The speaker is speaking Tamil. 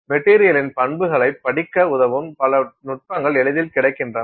மெட்டீரியலின் பண்புகளைப் படிக்க உதவும் பல நுட்பங்கள் எளிதில் கிடைக்கின்றன